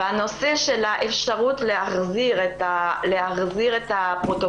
בנושא של האפשרות להחזיר את האפוטרופסות,